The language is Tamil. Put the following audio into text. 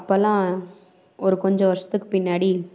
அப்போல்லாம் ஒரு கொஞ்சம் வருடத்துக்கு பின்னாடி